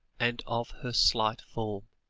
and of her slight form.